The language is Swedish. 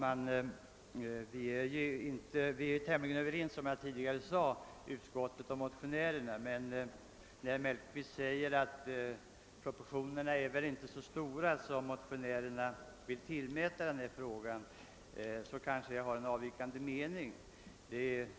Herr talman! Som jag sade tidigare är utskottet och motionärerna tämligen överens i denna fråga. Men när herr Mellqvist säger att frågan inte är av så stor betydelse som motionärerna framhåller, vill jag anföra en avvikande mening.